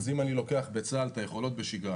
אז אם אני לוקח בצה"ל את היכולות בשגרה,